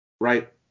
Right